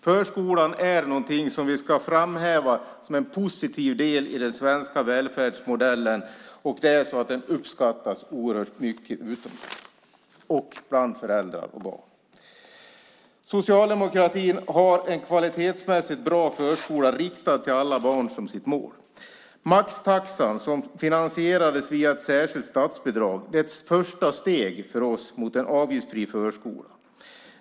Förskolan är något vi ska framhäva som en positiv del av den svenska välfärdsmodellen, och den uppskattas oerhört mycket utomlands och bland föräldrar och barn. Socialdemokratin har en kvalitetsmässigt bra förskola riktad till alla barn som sitt mål. Maxtaxan som finansierades via ett särskilt statsbidrag är för oss ett första steg mot en avgiftsfri förskola.